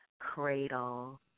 cradle